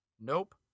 Nope